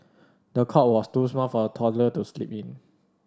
the cot was too small for the toddler to sleep in